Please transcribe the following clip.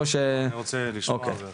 או ש אני רוצה לשמוע ואחר כך,